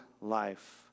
life